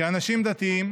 כאנשים דתיים,